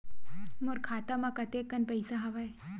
मोर खाता म कतेकन पईसा हवय?